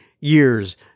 years